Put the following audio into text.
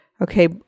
okay